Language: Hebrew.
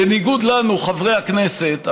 בניגוד לנו, חברי הכנסת המכהנים,